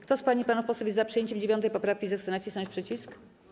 Kto z pań i panów posłów jest za przyjęciem 9. poprawki, zechce nacisnąć przycisk.